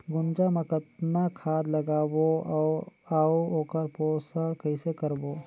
गुनजा मा कतना खाद लगाबो अउ आऊ ओकर पोषण कइसे करबो?